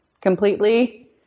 completely